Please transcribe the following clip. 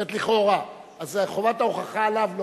זאת אומרת, לכאורה, אז חובת ההוכחה עליו.